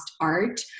art